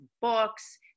books